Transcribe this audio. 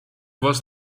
was